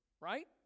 Right